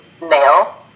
male